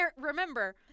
remember